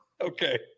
Okay